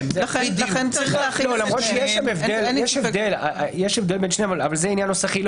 למרות שיש הבדל בין שניהם אבל זה עניין נוסחי.